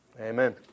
amen